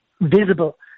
visible